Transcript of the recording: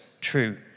true